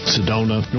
Sedona